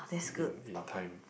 in in time